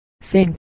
sing